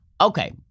Okay